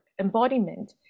embodiment